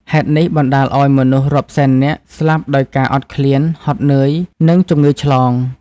ហេតុនេះបណ្ដាលឱ្យមនុស្សរាប់សែននាក់ស្លាប់ដោយការអត់ឃ្លាន ហត់នឿយ និងជំងឺឆ្លង។